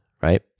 right